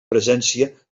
presència